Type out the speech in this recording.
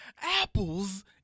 apples